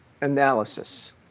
analysis